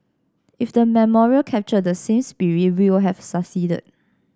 if the memorial captured that same spirit we will have succeeded